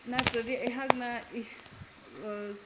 ꯅꯠꯇ꯭ꯔꯗꯤ ꯑꯩꯍꯥꯛꯅ